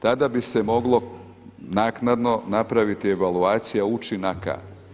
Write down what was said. Tada bi se moglo naknadno napraviti evaluacija učinaka.